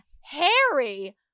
Harry